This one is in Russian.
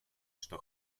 что